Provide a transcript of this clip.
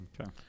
Okay